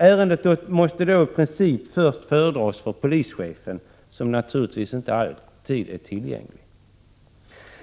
Ärendet måste då i princip först föredras för polischefen, som naturligtvis inte alltid är tillgänglig.